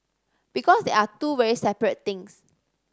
because they are two very separate things